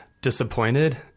disappointed